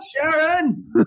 Sharon